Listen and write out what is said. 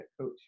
coach